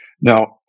Now